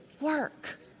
work